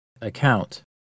account